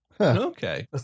Okay